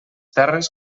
terres